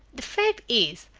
the fact is,